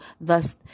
Thus